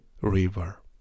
river